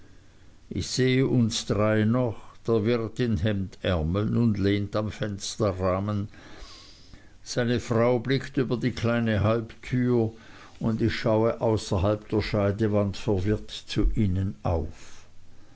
ich sehe uns drei noch der wirt in hemdärmeln lehnt am fensterrahmen seine frau blickt über die kleine halbtür und ich schaue außerhalb der scheidewand verwirrt zu ihnen auf